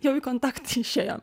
jau į kontaktą išėjom